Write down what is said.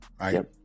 right